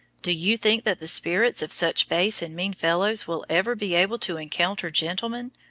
do you think that the spirits of such base and mean fellows will ever be able to encounter gentlemen,